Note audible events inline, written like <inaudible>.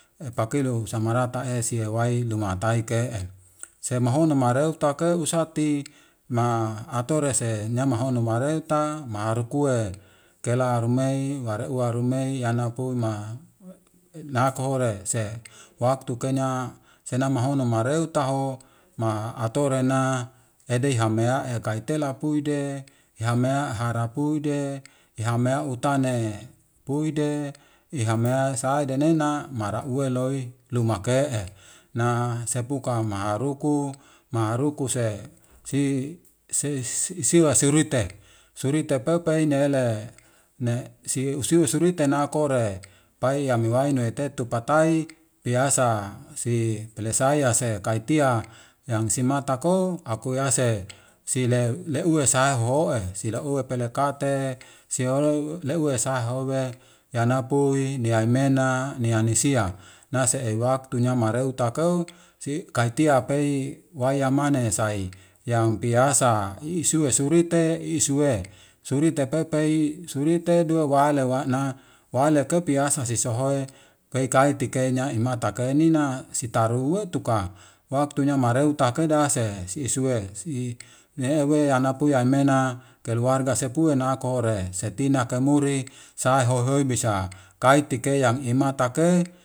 Epakinu usamarata esihewai lumatai ke'e semahonu mareu take usati ma atorese nya mahono mareta, maharukue kela rumai ware uwarumei yanapui ma <hesitation> nako hore se waktu kenya sena mahono mareu taho ma atorena edei hameyae kaitela puide ehama harapude, ihamea utane puide, ihamea sai demena marauwe loi luma ke'e na sepuka maharuku, maharuku se si <hesitation> siwa seruite, surui tepeu pei neele nesi usiu suriu tena kore pai yame wai nuetetu patai piasa sipelasaya se kaitia yang simatako akuyase sile leu saho'e, silehue pelakate sihoro leuwe sahowe yanapui, ni aiymena, ni anisia. Nase ewaktunya mareu takeu si aki ti pie wayamane sai yang piasa isue sue surite isue, surite pepei serute duwe wale wa'na, waleke piasa si sohoe pei kaiteke nya imatakeina si taruwe tuka waktunya mareu takeda se siusue si ehewe yanapui aimena keluarga sepue na kohore setinake muri sahohoi bisa kaitike yang imatake.